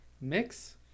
Mix